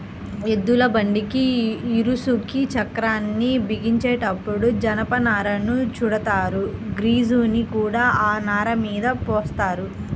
ఎద్దుల బండి ఇరుసుకి చక్రాల్ని బిగించేటప్పుడు జనపనారను చుడతారు, గ్రీజుని కూడా ఆ నారమీద పోత్తారు